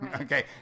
Okay